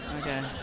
Okay